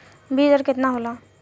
बीज दर केतना होला?